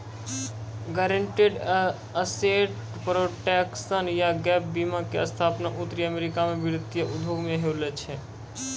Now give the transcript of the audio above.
guaranteed asset protection या gap बीमा के स्थापना उत्तरी अमेरिका मे वित्तीय उद्योग मे होलो छलै